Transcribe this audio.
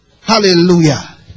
Hallelujah